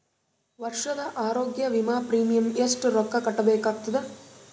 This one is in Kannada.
ವರ್ಷದ ಆರೋಗ್ಯ ವಿಮಾ ಪ್ರೀಮಿಯಂ ಎಷ್ಟ ರೊಕ್ಕ ಕಟ್ಟಬೇಕಾಗತದ?